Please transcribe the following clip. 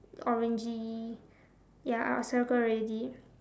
orangey ya circle already